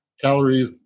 calories